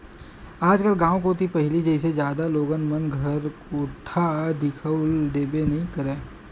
आजकल गाँव कोती पहिली जइसे जादा लोगन मन घर कोठा दिखउल देबे नइ करय